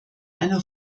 einer